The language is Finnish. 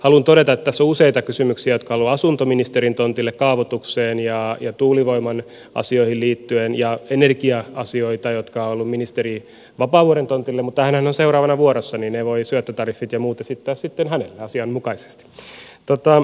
haluan todeta että tässä on useita kysymyksiä jotka ovat tulleet asuntoministerin tontille kaavoitukseen ja tuulivoiman asioihin liittyen ja energia asioita jotka ovat tulleet ministeri vapaavuoren tontille mutta hänhän on seuraavana vuorossa niin että ne syöttötariffit ja muut voi esittää sitten hänelle asianmukaisesti